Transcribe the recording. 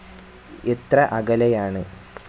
എത്ര അകലെയാണ്